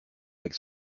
avec